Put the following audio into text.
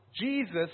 Jesus